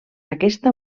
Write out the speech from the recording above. aquesta